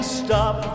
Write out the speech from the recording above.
stop